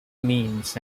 means